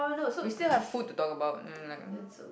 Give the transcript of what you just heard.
we still have food to talk about um like